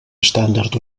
estàndard